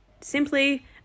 simply